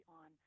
on